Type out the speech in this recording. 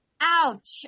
Ouch